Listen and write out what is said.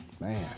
Man